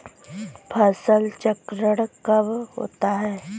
फसल चक्रण कब होता है?